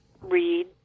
read